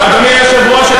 אדוני היושב-ראש,